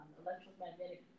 electromagnetic